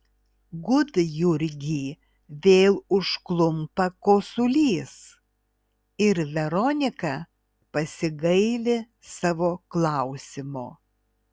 gudjurgį vėl užklumpa kosulys ir veronika pasigaili savo klausimo